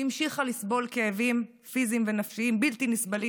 היא המשיכה לסבול כאבים פיזיים ונפשיים בלתי נסבלים